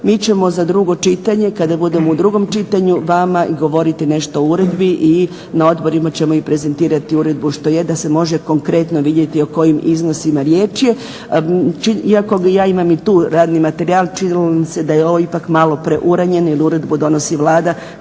Mi ćemo za drugo čitanje kada budemo u drugom čitanju vama govoriti nešto o uredbi i na odborima ćemo i prezentirati uredbu što je da se može konkretno vidjeti o kojim iznosima riječ je, iako ja imam i tu radni materijal. Činilo mi se da je ovo ipak malo preuranjeno jer uredbu donosi Vlada